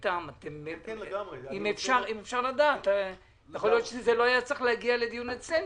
יכול להיות שזה לא היה צריך להגיע לדיון אצלנו